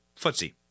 footsie